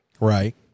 Right